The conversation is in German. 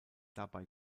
dabei